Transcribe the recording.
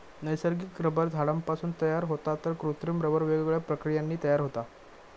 नैसर्गिक रबर झाडांपासून तयार होता तर कृत्रिम रबर वेगवेगळ्या प्रक्रियांनी तयार होता